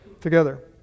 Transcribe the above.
together